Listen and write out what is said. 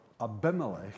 Abimelech